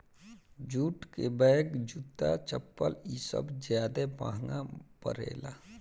jute के bag, जूता, चप्पल इ सब ज्यादे महंगा परेला